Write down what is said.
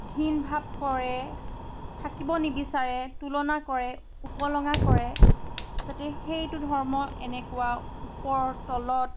ঘিণ ভাৱ কৰে থাকিব নিবিচাৰে তুলনা কৰে উপলুঙা কৰে যাতে সেইটো ধৰ্ম এনেকুৱা ওপৰত তলত